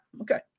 Okay